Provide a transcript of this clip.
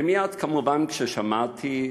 ומייד, כמובן, כששמעתי,